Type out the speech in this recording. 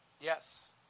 Yes